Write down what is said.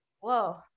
whoa